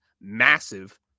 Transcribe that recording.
massive